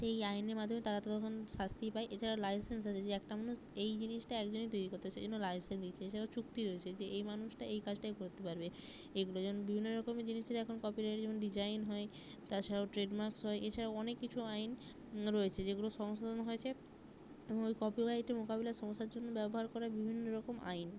এই আইনের মাধ্যমে তারা তখন শাস্তি পায় এছাড়া লাইসেন্স আছে যে একটা মানুষ এই জিনিসটা একজনই তৈরি করতে সেই জন্য লাইসেন্স দিয়েছে সেই চুক্তি রয়েছে যে এই মানুষটা এই কাজটাই করতে পারবে এইগুলো যেমন বিভিন্ন রকমের জিনিসের এখন কপিরাইট যেমন ডিজাইন হয় তাছাড়াও ট্রেডমার্কস হয় এছাড়াও অনেক কিছু আইন রয়েছে যেগুলো সংশোধন হয়েছে ওই কপিরাইটের মোকাবিলার সমস্যার জন্য ব্যবহার করা বিভিন্ন রকম আইন